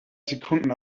sekunden